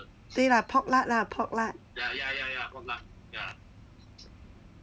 对 lah pork lard lah pork lard